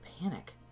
panic